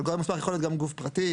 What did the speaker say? אבל גורם מוסמך יכול להיות גם גוף פרטי,